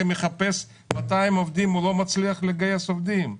מחפש 200 עובדים לא מצליח לגייס עובדים.